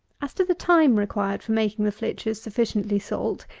as to the time required for making the flitches sufficiently salt,